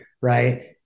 right